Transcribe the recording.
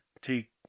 take